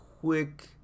quick